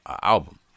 album